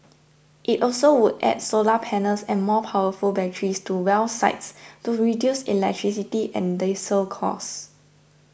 it also would add solar panels and more powerful batteries to well sites to reduce electricity and diesel costs